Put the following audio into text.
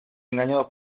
engañados